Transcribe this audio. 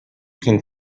can